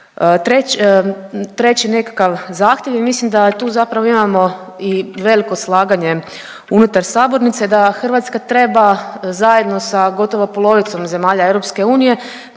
treći nekakav zahtjev, ja mislim da tu zapravo imamo i veliko slaganje unutar sabornice da Hrvatska treba zajedno sa gotovo polovicom zemalja EU krenuti